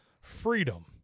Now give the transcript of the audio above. freedom